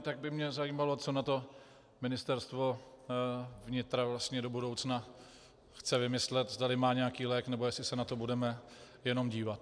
Tak by mě zajímalo, co na to Ministerstvo vnitra vlastně do budoucna chce vymyslet, zdali má nějaký lék, nebo jestli se na to budeme jenom dívat.